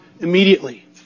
immediately